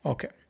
Okay